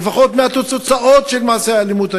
ולפחות מהתוצאות של מעשי האלימות,